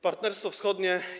Partnerstwo Wschodnie.